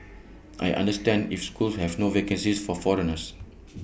I understand if schools have no vacancies for foreigners